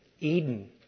Eden